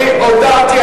אני הודעתי,